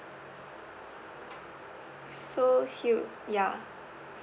so he would ya